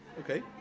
Okay